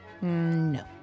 No